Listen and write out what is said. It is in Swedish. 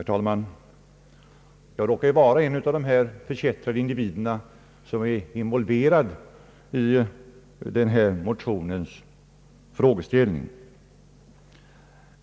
Herr talman! Jag råkar vara en av de förkättrade individer som är involverade i motionens frågeställning.